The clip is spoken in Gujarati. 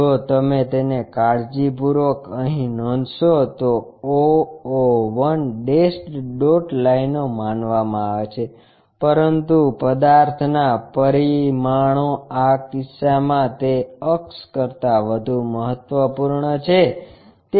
જો તમે તેને કાળજીપૂર્વક અહીં નોંધશો તો o o 1 ડેશડ ડોટ લાઇનો માનવામાં આવે છે પરંતુ પદાર્થના પરિમાણો આ કિસ્સામાં તે અક્ષ કરતાં વધુ મહત્વપૂર્ણ છે